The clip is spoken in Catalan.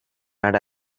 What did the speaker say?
ara